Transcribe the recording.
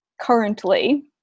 currently –